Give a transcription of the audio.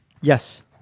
Yes